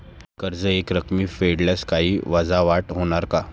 कर्ज एकरकमी फेडल्यास काही वजावट होणार का?